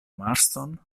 marston